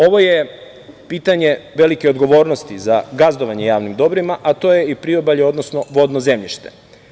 Ovo je pitanje velike odgovornosti za gazdovanje javnim dobrima, a to je priobalje, odnosno vodno zemljište.